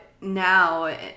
now